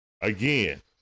Again